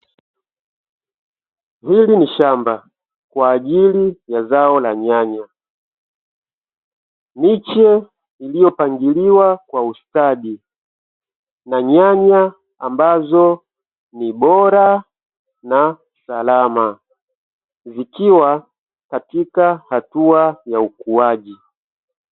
Hili ni shamba kwa ajili ya zao la nyanya; miche iliyopangiliwa kwa ustadi na nyanya ambazo ni bora na salama, zikiwa katika hatua ya ukuaji.